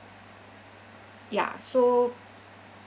ya so